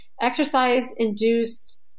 exercise-induced